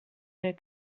nel